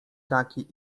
taki